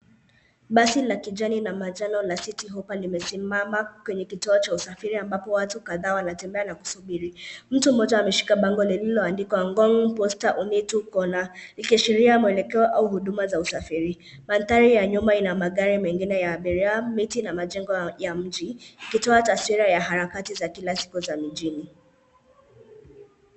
Basi la kijani na manjano la citi hoppa limesimama kwenye kituo cha usafiri ambapo watu kadhaa wanatembea na kusubiri. Mtu mmoja ameshika bango lililoandikwa ngong, posta, onitu, corner ikiashiria mwelekeo au huduma za usafiri. Mandhari ya nyuma ina magari mengine ya abiria, miti na majengo ya mji ikitoa taswira ya harakati za kila siku za mijini.